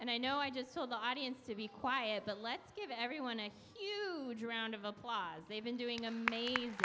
and i know i just told the audience to be quiet but let's give everyone a huge round of applause they've been doing amaz